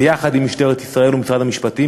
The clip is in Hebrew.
ביחד עם משטרת ישראל ומשרד המשפטים,